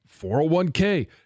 401k